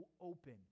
open